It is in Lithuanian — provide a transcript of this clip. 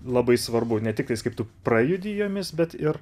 labai svarbu ne tik kaip tu prajudi jomis bet ir